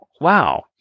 wow